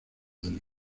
del